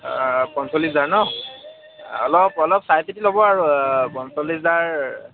পঞ্চল্লিছ হাজাৰ নহ্ অলপ অলপ চাই চিতি ল'ব আৰু পঞ্চল্লিছ হাজাৰ